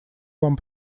вам